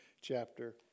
chapter